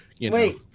wait